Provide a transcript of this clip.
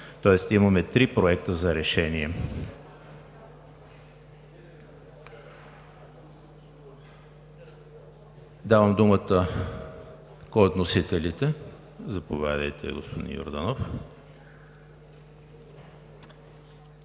вид. Имаме три проекта за решение. Давам думата на вносителите. Заповядайте, господин Йорданов.